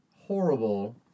horrible